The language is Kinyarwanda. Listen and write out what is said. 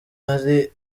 hari